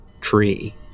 tree